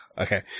Okay